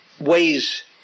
ways